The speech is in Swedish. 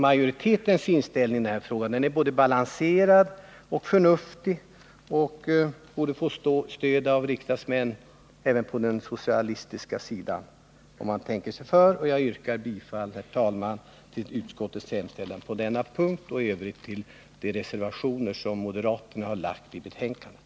Majoritetens inställning i denna fråga är både balanserad och förnuftig och borde få stöd av riksdagsmän även på den socialistiska sidan, om de tänker sig för. Jag yrkar, herr talman, bifall till utskottets hemställan på denna punkt och i övrigt till de reservationer som moderaterna har fogat till betänkandet.